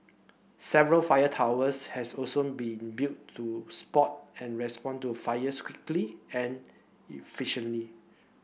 several fire towers has also been built to spot and respond to fires quickly and efficiently